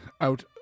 Out